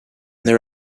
their